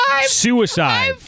suicide